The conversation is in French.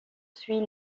suit